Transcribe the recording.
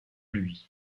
lui